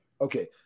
Okay